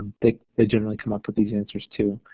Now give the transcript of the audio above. they they generally come up with these answers, too.